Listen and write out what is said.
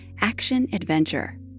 action-adventure